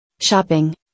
Shopping